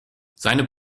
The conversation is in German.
seine